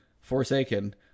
Forsaken